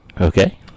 Okay